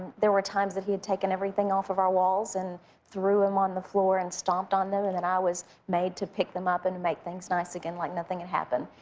there were times that he had taken everything off of our walls and threw them on the floor and stomped on them and then i was made to pick them up and make things nice again like nothing had happened.